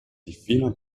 difino